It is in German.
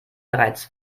bereits